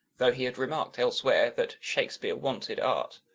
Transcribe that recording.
though he had remarked elsewhere that shakespeare wanted art.